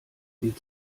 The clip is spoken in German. sieht